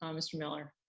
um mr. miller.